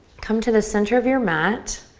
come to the center of your mat.